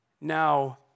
now